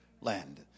land